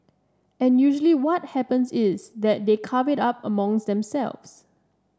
and usually what happens is that they carve it up among themselves